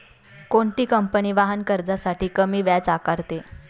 कोणती कंपनी वाहन कर्जासाठी कमी व्याज आकारते?